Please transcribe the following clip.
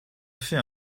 fait